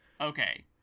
Okay